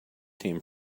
team